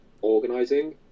organizing